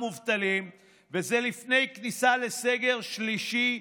וזה לפני כניסה לסגר שלישי,